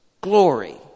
Glory